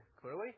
clearly